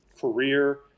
career